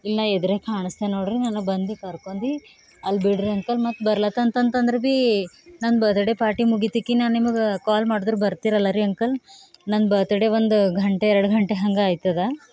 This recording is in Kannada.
ಇಲ್ಲಿ ನಾನು ಎದುರೇ ಕಾಣಿಸ್ತೆ ನೋಡಿರಿ ನನ್ನ ಬಂದು ಕರ್ಕೊಂಡಿ ಅಲ್ಲಿ ಬಿಡಿರಿ ಅಂಕಲ್ ಮತ್ತು ಬರ್ಲಾತ ಅಂತಂತಂದ್ರೆ ಭೀ ನಂದು ಬರ್ಥಡೇ ಪಾರ್ಟಿ ಮುಗಿತೀಕಿ ನಾನು ನಿಮಗೆ ಕಾಲ್ ಮಾಡ್ದ್ರೆ ಬರ್ತೀರಲ್ಲ ರೀ ಅಂಕಲ್ ನಂದು ಬರ್ಥಡೇ ಒಂದು ಗಂಟೆ ಎರಡು ಗಂಟೆ ಹಂಗೆ ಆಯ್ತದೆ